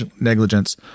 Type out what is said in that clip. negligence